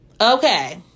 okay